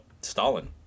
Stalin